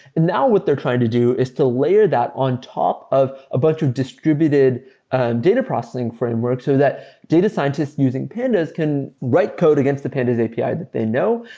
now what they're trying to do is to layer that on top of a bunch of distributed data processing frameworks so that data scientists using pandas can write code against the pandas api that they know.